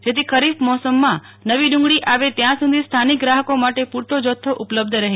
જેથી ખરીફ મોસમમાં નવી ડુંગળી આવે ત્યાં સુધી સ્થાનિક ગ્રાહકો માટે પૂરતો જથ્થો ઉપલબ્ધ રહે